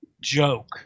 joke